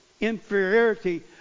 inferiority